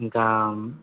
ఇంకా